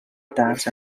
attacks